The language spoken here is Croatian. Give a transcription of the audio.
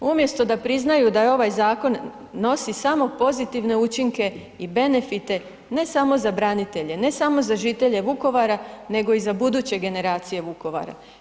Umjesto da priznaju da ovaj zakon nosi samo pozitivne učinke i benefite ne samo za branitelje, ne samo za žitelje Vukovara nego i za buduće generacije Vukovara.